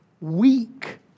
weak